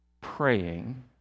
praying